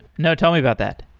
no. tell me about that.